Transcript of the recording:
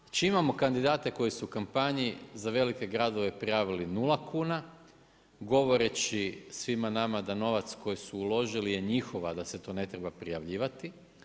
Znači, imamo kandidate koji su u kampanji za velike gradove prijavili nula kuna, govoreći svima nama da novac koji su uložili je njihov a da se to ne treba prijavljivati.